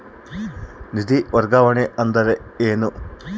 ನಿಧಿ ವರ್ಗಾವಣೆ ಅಂದರೆ ಏನು?